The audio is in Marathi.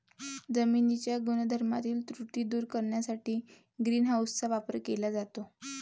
जमिनीच्या गुणधर्मातील त्रुटी दूर करण्यासाठी ग्रीन हाऊसचा वापर केला जातो